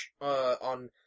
on